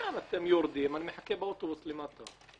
"אתם יורדים, אני מחכה באוטובוס למטה"...